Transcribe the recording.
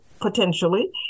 potentially